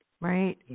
Right